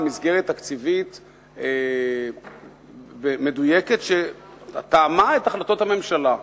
מסגרת תקציבית מדויקת שתאמה את החלטות הממשלה.